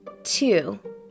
Two